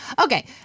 Okay